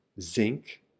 zinc